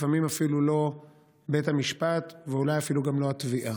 לפעמים אפילו לא בית המשפט ואולי אפילו גם לא התביעה.